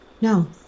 No